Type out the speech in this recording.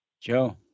Joe